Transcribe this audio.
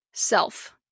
self